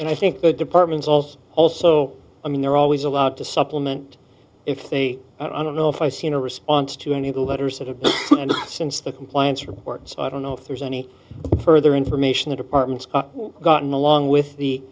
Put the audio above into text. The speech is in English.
and i think the department's also also i mean they're always allowed to supplement if they are i don't know if i seen a response to any of the letters that have since the compliance report so i don't know if there's any further information the department gotten along with the